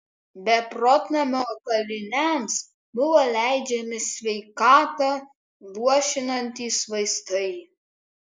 beprotnamio kaliniams buvo leidžiami sveikatą luošinantys vaistai